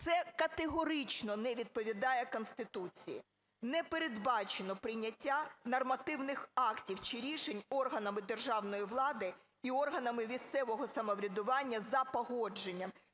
Це категорично не відповідає Конституції. Не передбачено прийняття нормативних актів чи рішень органами державної влади і органами місцевого самоврядування за погодженням